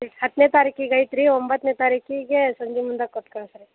ಹತ್ತನೆ ತಾರಿಕಿಗೆ ಐತೆ ರೀ ಒಂಬತ್ತನೆ ತಾರೀಕಿಗೇ ಸಂಜೆ ಮುಂದೆ ಕೊಟ್ಟು ಕಳಿಸಿರಿ